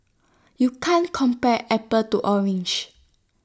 you can't compare apples to oranges